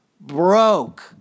broke